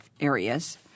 areas